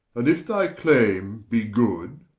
and if thy clayme be good,